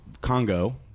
Congo